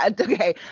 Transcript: okay